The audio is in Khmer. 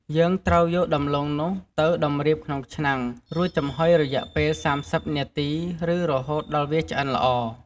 យើងត្រូវយកដំឡូងនោះ ទៅតម្រៀបក្នុងឆ្នាំង រួចចំហុយរយៈពេល៣០នាទីឬ រហូតដល់វាឆ្អិនល្អ។